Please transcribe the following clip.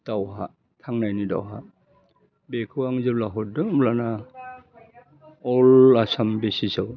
दावहा थांनायनि दावहा बेखौ आं जेब्ला हरदों अब्लाना अल आसाम बेसिसआव